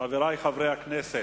חברי חברי הכנסת,